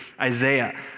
Isaiah